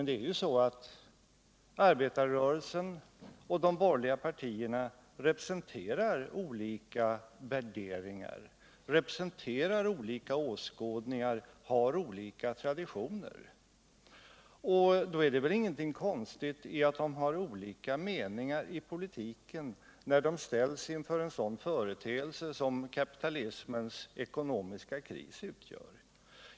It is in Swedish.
Det är ju så att arbetarrörelsen och de borgerliga partierna representerar olika värderingar, olika åskådningar och olika traditioner. Då är det väl inte konstigt att de har olika meningar i politiken, när de ställs inför en sådan företeelse som kapitalismens ekonomiska kris utgör.